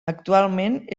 actualment